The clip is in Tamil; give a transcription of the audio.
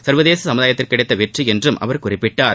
சர்வதேச சமுதாயத்திற்கு கிடைத்த வெற்றி என்றும் அவர் குறிப்பிட்டார்